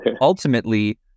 ultimately